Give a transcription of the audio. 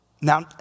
Now